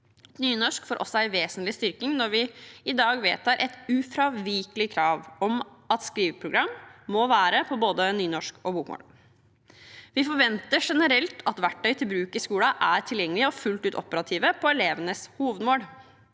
Nynorsk får en vesentlig styrking når vi i dag vedtar et ufravikelig krav om at skriveprogram må være på både nynorsk og bokmål. Vi forventer generelt at verktøy til bruk i skolen er tilgjengelige og fullt ut operative på elevenes hovedmål.